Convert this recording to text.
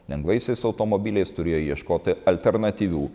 lengvaisiais automobiliais turėjo ieškoti alternatyvių